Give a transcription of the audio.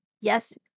yes